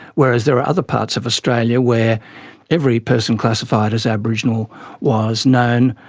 whereas there are other parts of australia where every person classified as aboriginal was known,